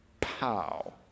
Pow